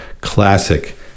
classic